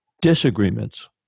disagreements